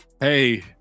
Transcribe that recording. hey